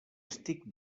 estic